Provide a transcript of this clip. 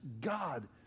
God